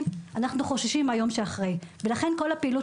כי אני חושב שמאוד חשוב לשמוע את משרד החינוך ומשרד